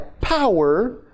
power